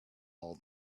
all